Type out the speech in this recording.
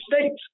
states